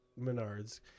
Menards